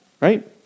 Right